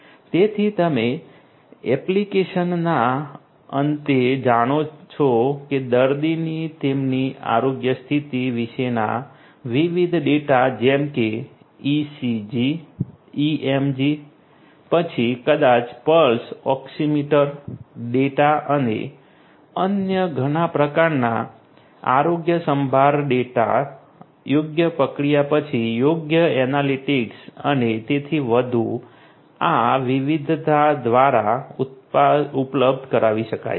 તેથી તમે એપ્લિકેશનના અંતે જાણો છો કે દર્દીની તેમની આરોગ્ય સ્થિતિ વિશેના વિવિધ ડેટા જેમ કે ECG EMG પછી કદાચ પલ્સ ઓક્સિમીટર ડેટા અને અન્ય ઘણા પ્રકારના આરોગ્યસંભાળ ડેટા યોગ્ય પ્રક્રિયા પછી યોગ્ય એનાલિટિક્સ અને તેથી વધુ આ વિવિધ દ્વારા ઉપલબ્ધ કરાવી શકાશે